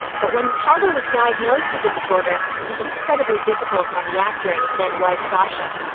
but when the toddler was diagnosed with the disorder, it was incredibly difficult on the actor and his then-wife, sasha.